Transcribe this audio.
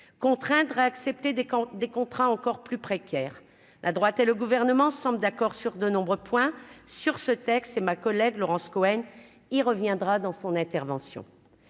contraindre à accepter des camps des contrats encore plus précaire la droite et le gouvernement semble d'accord sur de nombreux points sur ce texte et ma collègue Laurence Cohen, il reviendra dans son intervention,